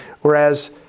whereas